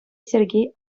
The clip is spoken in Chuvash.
сергей